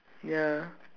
ya